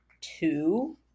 two